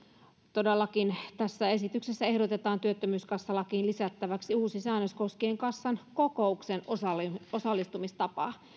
todellakin tässä esityksessä ehdotetaan työttömyyskassalakiin lisättäväksi uusi säännös koskien kassan kokoukseen osallistumistapaa